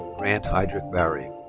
brandt heidrich barry.